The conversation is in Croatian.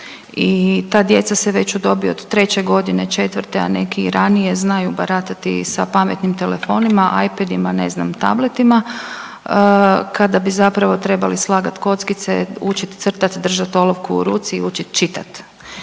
I ta djeca se već u dobi od treće godine, četvrte, a neki i ranije znaju baratati sa pametnim telefonima, iPadima, ne znam tabletima kada bi zapravo trebali slagati kockice, učit crtati, držati olovku u ruci i učiti čitati.